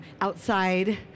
outside